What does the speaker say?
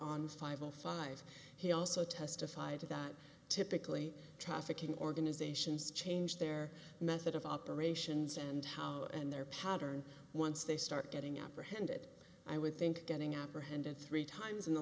on five o five he also testified to that typically trafficking organizations change their method of operations and how and their pattern once they start getting apprehended i would think getting apprehended three times in the